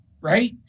right